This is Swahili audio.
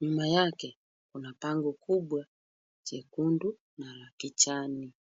Nyuma yake kuna bango kubwa jekundu na la kijani.